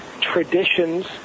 traditions